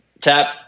tap